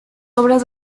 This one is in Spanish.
obras